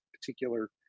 particular